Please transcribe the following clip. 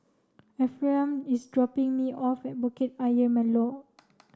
Ephraim is dropping me off at Bukit Ayer Molek